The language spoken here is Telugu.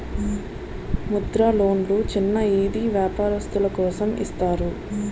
ముద్ర లోన్లు చిన్న ఈది వ్యాపారస్తులు కోసం ఇస్తారు